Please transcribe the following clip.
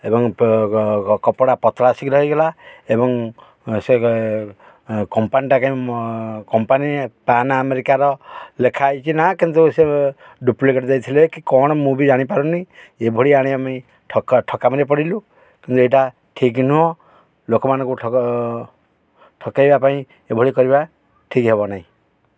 ଏବଂ କପଡ଼ା ପତଳା ଶୀଘ୍ର ହେଇଗଲା ଏବଂ ସେ କମ୍ପାନୀଟା କାଇଁ କମ୍ପାନୀ ପାନ୍ ଆମେରିକାର ଲେଖା ହେଇଛି ନା କିନ୍ତୁ ସେ ଡୁପ୍ଲିକେଟ୍ ଦେଇଥିଲେ କି କଣ ମୁଁ ବି ଜାଣିପାରୁନି ଏଭଳି ଆଣି ଆମେ ଠକାମରେ ପଡ଼ିଲୁ କିନ୍ତୁ ଏଇଟା ଠିକ୍ ନୁହଁ ଲୋକମାନଙ୍କୁ ଠକେଇବା ପାଇଁ ଏଭଳି କରିବା ଠିକ୍ ହେବ ନାହିଁ